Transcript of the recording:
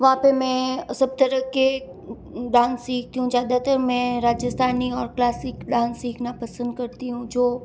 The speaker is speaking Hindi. वहाँ मैं सब तरह के डांस सीखती हूँ ज़्यादातर मैं राजस्थानी और क्लासिक डांस सीखना पसंद करती हूँ जो